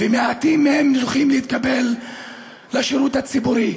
ומעטים מהם זוכים להתקבל לשירות הציבורי,